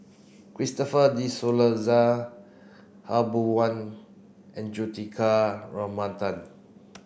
Christopher De Souza Khaw Boon Wan and Juthika Ramanathan